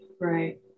Right